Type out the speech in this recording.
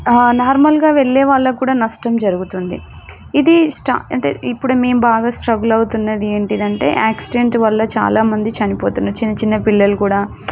నార్మల్గా వెళ్ళే వాళ్ళకు కూడా నష్టం జరుగుతుంది ఇదీ స్టా అంటే ఇప్పుడు మేము బాగా స్ట్రగుల్ అవుతున్నది ఏంటిదంటే యాక్సిడెంట్ వల్ల చాలా మంది చనిపోతున్నారు చిన్న చిన్న పిల్లలు కూడా